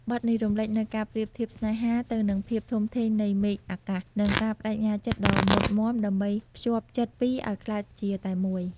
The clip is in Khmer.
បទនេះរំលេចនូវការប្រៀបធៀបស្នេហាទៅនឹងភាពធំធេងនៃមេឃអាកាស និងការប្តេជ្ញាចិត្តដ៏មុតមាំដើម្បីភ្ជាប់ចិត្តពីរឲ្យក្លាយជាតែមួយ។